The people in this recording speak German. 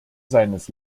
seines